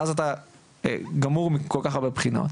ואז אתה גמור מכל כך הרבה בחינות.